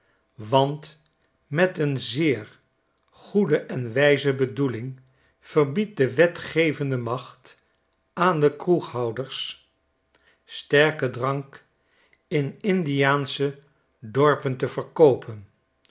want met een zeer goede en wijze bedoeling verbiedt de wetgevende macht aan de kroeghouders sterken drank in indiaansche dorpen te verkoopen